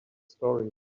story